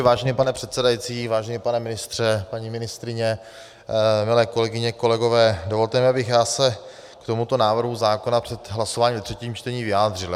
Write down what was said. Vážený pane předsedající, vážený pane ministře, paní ministryně, milé kolegyně, kolegové, dovolte mi, abych se k tomuto návrhu zákona před hlasováním ve třetím čtení vyjádřil.